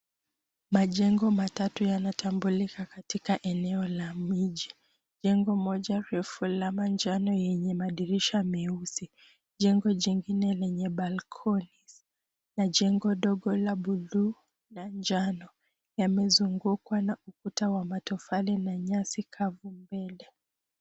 Majengo matatu yanatambulika katika eneo la miji. Jengo moja refu la manjano yenye madirisha meusi. Jengo jingine lenye balconies na jengo dogo la buluu na njano, yamezungukwa na ukuta ya matofali na nyasi kavu mbele.